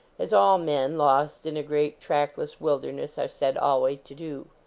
as all men, lost in a great trackless wilderness, are said alway to do.